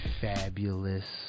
Fabulous